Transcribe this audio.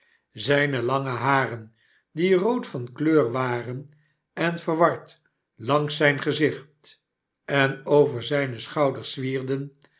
zijne lange haren die rood van kleur waren en verward langs zijn gezicht en over zijne schouders zwierden